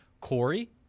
Corey